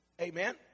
amen